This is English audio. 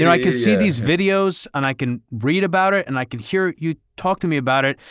and i can see these videos, and i can read about it, and i can hear you talk to me about it.